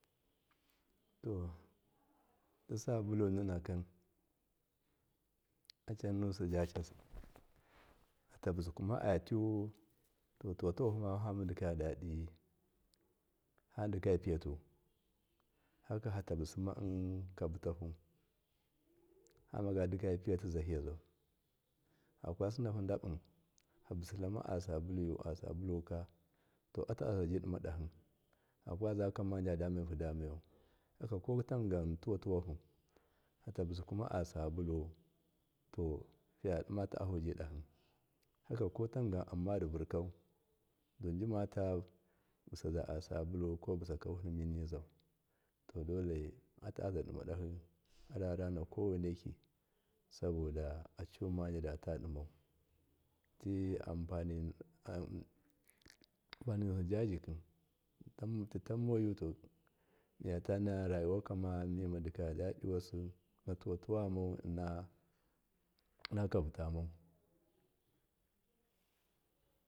To tasabulu ninakim acannusi jacasi fatabusuku ma atu to tuwatuwahuma famadika yadidiyu fadi kayapiyatu hakafatabusima kabutahu famaga piyatu fakasinahu dabu fabusitlama asabuluwka to ata azaji dimadahi fakazakamazadamehudamayau hakakotamgan tuwatuwahu fatabusukuma asabuluwu to fayadimata ahusi do haka kotangan an madi vurkau duji mata busazza asabuluwuko busaki wutliminizau to dole ata azanimadahi ararana koweneki saboda acumajidatanimau ti amfani wasijaziki titanmoyu to rayuwa kamawimadi yadidiwasu atuwatuwamau inakabutamau.